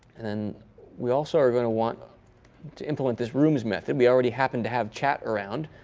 and we also are going to want ah to implement this rooms method. we already happen to have chat around.